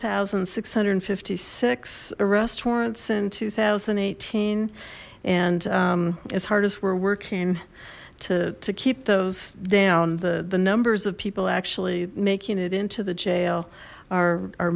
thousand six hundred and fifty six arrest warrants in two thousand and eighteen and as hard as we're working to keep those down the the numbers of people actually making it into the jail are